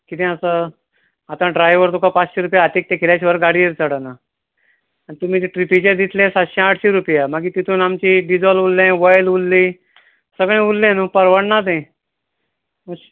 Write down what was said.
कितें आसा आतां ड्रायवर तुका पांचशी रुपया हातीक तेकयल्या शिवाय गाडयेर चडना आनी तुमी ते ट्रिपीचे दितले सातशी आठशीं रुपया मागीर तेतूंन आमची डिजल उरलें ओयल उरली सगळें उरलें न्हू परवडना तें अशें